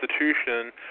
institution